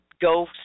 go